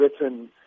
written